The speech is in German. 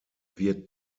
wird